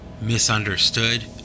misunderstood